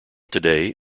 today